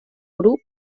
grup